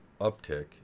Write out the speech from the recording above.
uptick